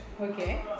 okay